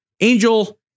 Angel